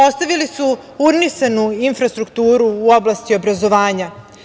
Ostavili su urnisanu infrastrukturu u oblasti obrazovanja.